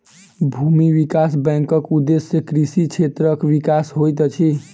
भूमि विकास बैंकक उदेश्य कृषि क्षेत्रक विकास होइत अछि